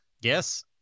Yes